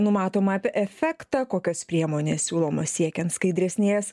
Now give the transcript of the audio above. numatomą efektą kokios priemonės siūlomos siekiant skaidresnės